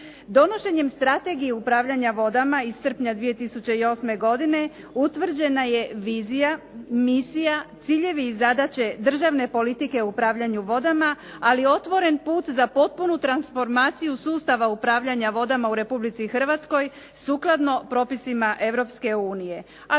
Donošenjem strategije upravljanja vodama iz srpnja 2008. godine utvrđena je vizija, misija, ciljevi i zadaće državne politike o upravljanju vodama, ali otvoren put za potpunu transformaciju sustava upravljanja vodama u Republici Hrvatskoj sukladno propisima